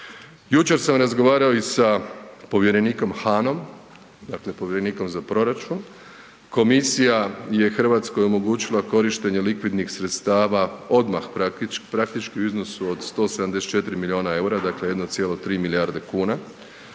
Jučer sam razgovarao i sa povjerenikom Hanom, dakle povjerenikom za proračun, komisija je RH omogućila korištenje likvidnih sredstava odmah praktički u iznosu od 174 milijuna EUR-a, dakle 1,3 milijarde kuna